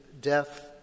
death